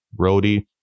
roadie